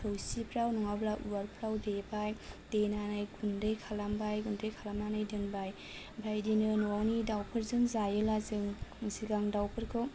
थोरसिफ्राव नङाब्ला उवालफ्राव देबाय देनानै गुन्दै खालामबाय गुन्दै खालामनानै दोनबाय आमफ्राय इदिनो न'आवनि दावफोरजों जायोला जों सिगां दावफोरखौ